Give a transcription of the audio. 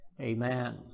Amen